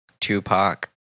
Tupac